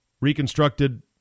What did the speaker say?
reconstructed